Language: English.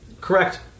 Correct